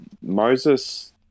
Moses